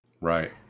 Right